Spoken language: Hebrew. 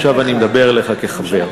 עכשיו אני מדבר אליך כחבר,